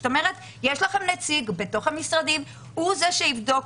זאת אומרת, יש לכם בתוך המשרדים והוא זה שיבדוק.